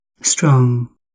strong